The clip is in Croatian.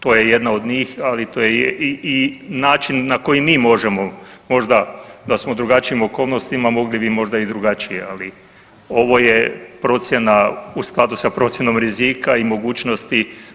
To je jedna od njih, ali to je i način na koji mi možemo možda da smo u drugačijim okolnostima mogli bi možda i drugačije, ali ovo je procjena u skladu sa procjenom rizika i mogućnosti.